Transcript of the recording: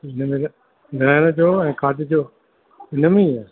हिन में न रहण जो ऐं खाधे जो हिन में ई आहे